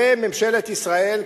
וממשלת ישראל,